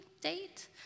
date